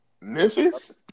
Memphis